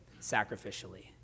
sacrificially